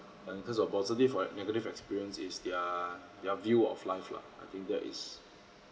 and in terms of positive or ex~ negative experience is their their view of life lah I think that is